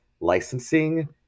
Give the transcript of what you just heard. licensing